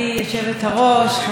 אדוני השר,